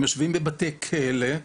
הם יושבים בבתי כלא,